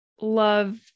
love